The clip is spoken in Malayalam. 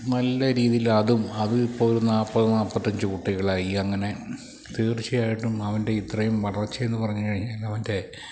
നല്ല രീതിയിൽ അതും അതിപ്പോള് ഒരു നാല്പത് നാല്പത്തിയഞ്ച് കുട്ടികളായി അങ്ങനെ തീർച്ചയായിട്ടും അവൻ്റെ ഇത്രയും വളർച്ച എന്ന് പറഞ്ഞു കഴിഞ്ഞാല് അവൻ്റെ